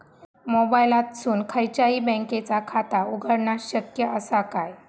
मोबाईलातसून खयच्याई बँकेचा खाता उघडणा शक्य असा काय?